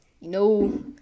No